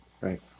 Right